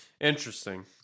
Interesting